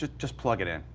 just, just plug it in.